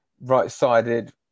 right-sided